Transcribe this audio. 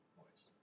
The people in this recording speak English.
voice